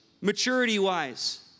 maturity-wise